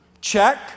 check